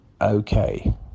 Okay